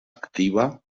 activa